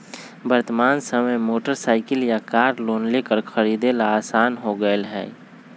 वर्तमान समय में मोटर साईकिल या कार लोन लेकर खरीदे ला आसान हो गयले है